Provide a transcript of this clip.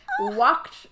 walked